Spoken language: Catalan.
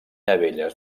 abelles